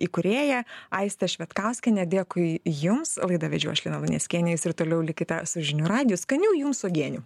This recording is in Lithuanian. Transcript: įkūrėja aistę švedkauskienę dėkui jums laidą vedžiau aš lina luneckienė jūs ir toliau likite su žinių radijui skanių jums uogienių